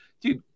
Dude